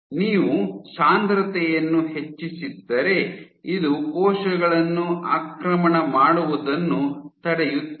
ನೀವು ಸಾಂದ್ರತೆಯನ್ನು ಹೆಚ್ಚಿಸಿದ್ದರೆ ಇದು ಕೋಶಗಳನ್ನು ಆಕ್ರಮಣ ಮಾಡುವುದನ್ನು ತಡೆಯುತ್ತದೆ